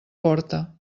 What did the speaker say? porta